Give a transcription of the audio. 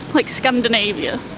like scandinavia?